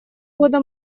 года